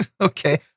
Okay